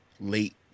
late